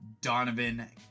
Donovan